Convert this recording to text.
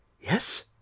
yes